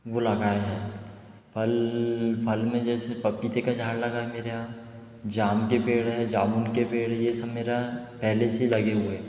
वो लगाए हैं फल फल में जैसे पपीते का झाड़ लगा है मेरे यहाँ जाम के पेड़ है जामुन के पेड़ ये सब मेरा पहले से लगे हुए